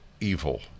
evil